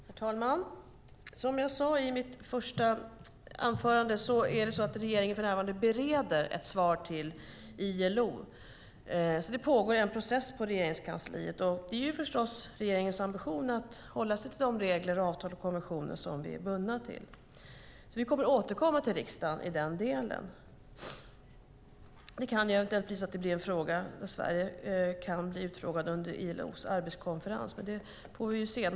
Herr talman! Som jag sade i mitt första anförande bereder regeringen för närvarande ett svar till ILO. Det pågår en process på Regeringskansliet. Det är förstås regeringens ambition att hålla sig till de regler, avtal och konventioner som vi är bundna till. Vi kommer att återkomma till riksdagen i den delen. Det kan eventuellt bli en fråga där Sverige kan bli utfrågad under ILO:s arbetskonferens. Det får vi se.